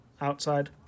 outside